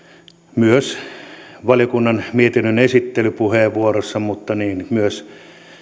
valiokunnan mietinnön esittelypuheenvuorossa tuotiin mutta myös